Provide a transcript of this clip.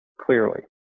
clearly